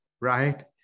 right